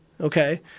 okay